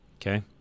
Okay